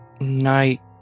night